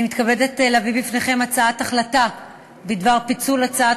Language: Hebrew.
אני מתכבדת להביא בפניכם הצעת החלטה בדבר פיצול הצעת